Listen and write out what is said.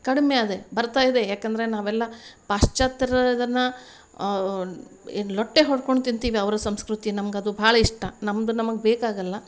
ಕಡ್ಮೆ ಅದೇ ಬರ್ತಾಯಿದೆ ಯಾಕೆಂದರೆ ನಾವೆಲ್ಲ ಪಾಶ್ಚಾತ್ಯರ ಇದನ್ನ ಏನು ಲೊಟ್ಟೆ ಹೊಡ್ಕೊಂಡು ತಿಂತೀವಿ ಅವರ ಸಂಸ್ಕೃತಿ ನಮಗದು ಭಾಳ ಇಷ್ಟ ನಮ್ಮದು ನಮಗೆ ಬೇಕಾಗಲ್ಲ